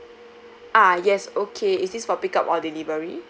ah yes okay is this for pick up or delivery